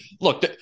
look